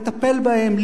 לטפל בהן,